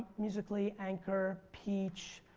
musically, anchor, peach,